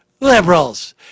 liberals